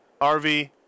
RV